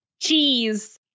Cheese